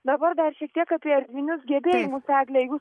dabar dar šiek tiek apie erdvinius gebėjimus egle jūs